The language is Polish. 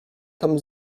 tam